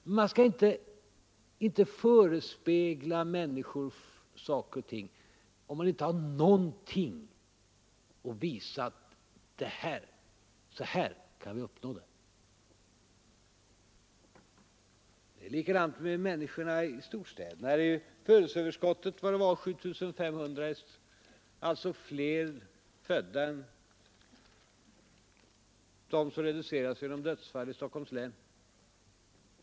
Men man skall inte förespegla människor saker och ting, om man inte har någonting att visa på och kan säga att på det här sättet skall vi uppnå det och det. Likadant är det med människorna i storstäderna. I Stockholms län tror jag födelseöverskottet är omkring 7 500. Så många fler födda har man där än de som går bort på grund av dödsfall.